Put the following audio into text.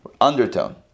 undertone